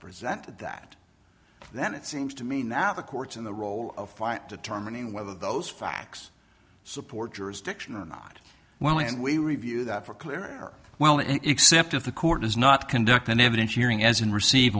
presented that then it seems to me now the courts and the role of determining whether those facts support jurisdiction or not well and we review that for clear well except if the court does not conduct an evidence hearing as and receive